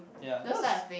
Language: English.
ya that was